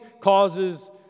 causes